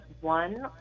one